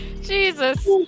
Jesus